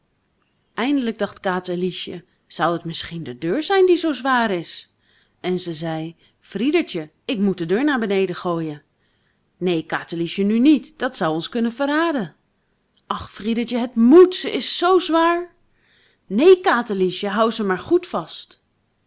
eindelijk dacht katerliesje zou het misschien de deur zijn die zoo zwaar is en ze zei friedertje ik moet de deur naar beneden gooien neen katerliesje nu niet dat zou ons kunnen verraden ach friedertje het moet ze is zoo zwaar neen katerliesje hou ze maar goed vast